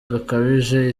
gakabije